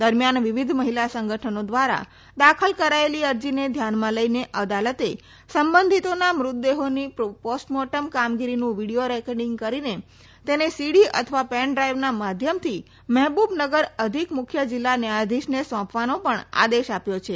દરમ્યાન વિવિધ મહિલા સંગઠનો દ્વારા દાખલ કરાયેલી અરજીને ધ્યાનમાં લઇને અદાલતે સંબંધિતોના મૃતદેહોની પોસ્ટમોર્ટેમ કામગીરીનું વિડિયો રેકોર્ડીંગ કરીને તેને સીડી અથવા પેનડ્રાઇવના માધ્યમથી મહેબૂબનગર અધિક મુખ્ય જિલ્લા ન્યાયાધીશને સોંપવાનો પણ આદેશ આપ્યો છે